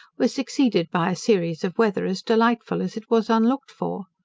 were succeeded by a series of weather as delightful as it was unlooked for.